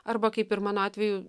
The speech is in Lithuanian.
arba kaip ir mano atveju